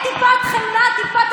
יושבת-ראש הוועדה לזכויות